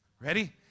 Ready